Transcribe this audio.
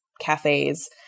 cafes